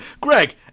Greg